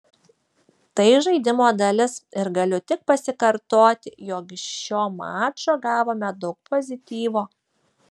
tai žaidimo dalis ir galiu tik pasikartoti jog iš šio mačo gavome daug pozityvo